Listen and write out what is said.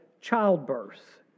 childbirth